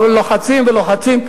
אבל לוחצים ולוחצים,